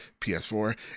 PS4